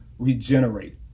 regenerate